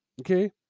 Okay